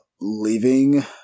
leaving